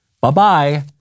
Bye-bye